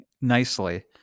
nicely